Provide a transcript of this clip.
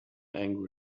angry